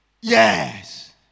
Yes